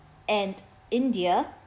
and india